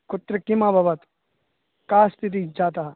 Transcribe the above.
कुत्र किम् अभवत् का स्थितिः जाता